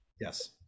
Yes